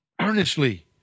earnestly